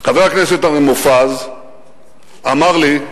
חבר הכנסת מופז אמר לי: